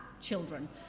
children